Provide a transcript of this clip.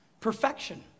Perfection